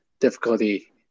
difficulty